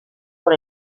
por